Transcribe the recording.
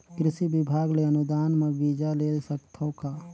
कृषि विभाग ले अनुदान म बीजा ले सकथव का?